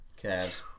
Cavs